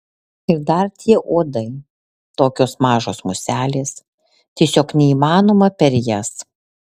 ir dar tie uodai tokios mažos muselės tiesiog neįmanoma per jas